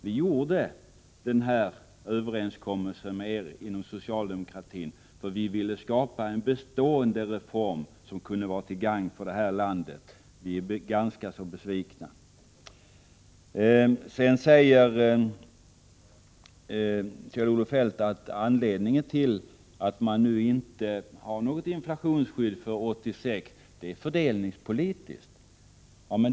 Vi gjorde denna överenskommelse med er inom socialdemokratin, eftersom vi ville skapa en bestående reform, som kunde vara till gagn för det här landet. Vi är ganska besvikna. Kjell-Olof Feldt säger att anledningen till att man inte har något inflationsskydd för 1986 är fördelningspolitisk.